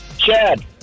Chad